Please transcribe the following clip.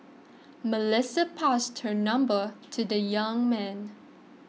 Melissa passed her number to the young man